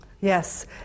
Yes